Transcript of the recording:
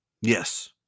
yes